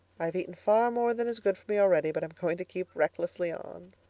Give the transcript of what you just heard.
i've eaten far more than is good for me already but i'm going to keep recklessly on.